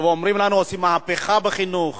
אומרים לנו: עושים מהפכה בחינוך.